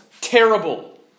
terrible